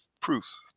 proof